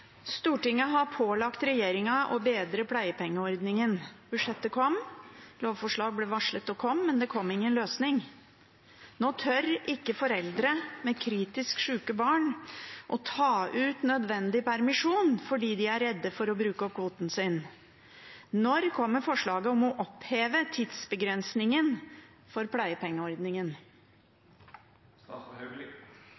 ble varslet, men ingenting skjedde. Nå tør ikke foreldre med kritisk syke barn å ta ut nødvendig permisjon, fordi de er redde for å bruke opp kvoten sin. Når kommer forslaget om å oppheve tidsbegrensningen for pleiepengeordningen?»